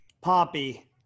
Poppy